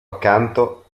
accanto